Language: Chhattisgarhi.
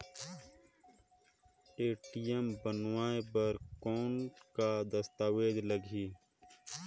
ए.टी.एम बनवाय बर कौन का दस्तावेज लगही?